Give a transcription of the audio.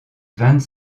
vingt